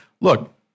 look